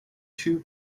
two